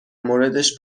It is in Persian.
موردش